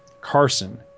Carson